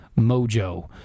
mojo